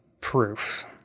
proof